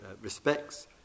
respects